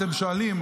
אתם שואלים,